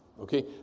Okay